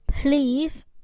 please